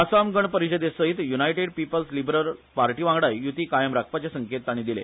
आसाम गण परिषदेसयत united people's liberal पार्टीवांगडाय य्ती कायम राखपाचे संकेत ताणी दिले